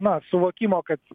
na suvokimo kad